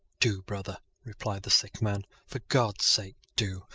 do, brother, replied the sick man. for god's sake do,